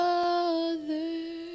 Father